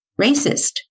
racist